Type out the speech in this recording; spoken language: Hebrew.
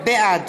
בעד